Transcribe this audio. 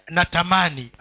Natamani